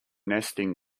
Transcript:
nesting